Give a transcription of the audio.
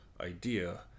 idea